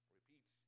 repeat